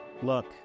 Look